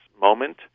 moment